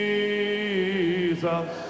Jesus